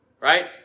Right